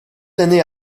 années